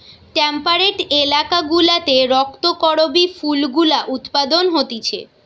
temperate এলাকা গুলাতে রক্ত করবি ফুল গুলা উৎপাদন হতিছে